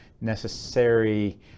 necessary